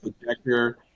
projector